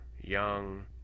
young